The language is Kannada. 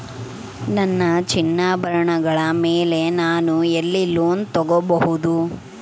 ನನ್ನ ಚಿನ್ನಾಭರಣಗಳ ಮೇಲೆ ನಾನು ಎಲ್ಲಿ ಲೋನ್ ತೊಗೊಬಹುದು?